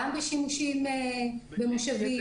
גם בשימושים במושבים,